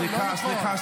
סליחה,